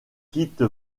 quitte